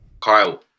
Kyle